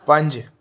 ਪੰਜ